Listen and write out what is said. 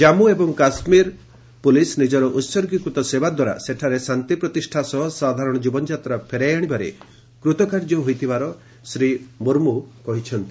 ଜାମ୍ମୁ ଏବଂ କାଶ୍ମୀର ପୁଲିସ୍ ନିଜର ଉଚ୍ଚର୍ଗୀକୃତ ସେବା ଦ୍ୱାରା ସେଠାରେ ଶାନ୍ତି ପ୍ରତିଷ୍ଠା ସହ ସାଧାରଣ ଜୀବନଯାତ୍ରା ଫେରାଇ ଆଣିବାରେ କୃତକାର୍ଯ୍ୟ ହୋଇଥିବା ଶ୍ରୀ ମୁର୍ମୁ କହିଛନ୍ତି